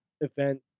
event